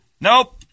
Nope